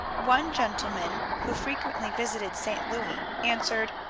one gentleman, who frequently visited st. louis, answered,